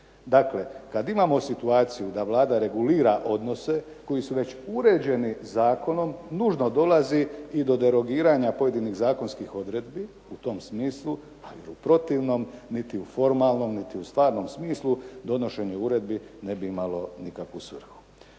Dakle, kad imamo situaciju da Vlada regulira odnose koji su već uređeni zakonom nužno dolazi i do derogiranja pojedinih zakonskih odredbi u tom smislu, ali u protivnim niti u formalnom niti u stvarnom smislu donošenje uredbi ne bi imalo nikakvu svrhu.